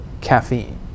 caffeine